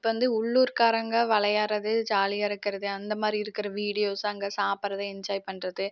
இப்போ வந்து உள்ளூர்க் காரங்க விளையாட்றது ஜாலியாக இருக்கிறது அந்த மாதிரி இருக்கிற வீடியோஸ்ஸு அங்கே சாப்பிட்றது என்ஜாய் பண்ணுறது